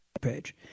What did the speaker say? page